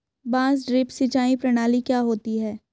बांस ड्रिप सिंचाई प्रणाली क्या होती है?